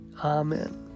Amen